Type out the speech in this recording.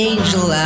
Angel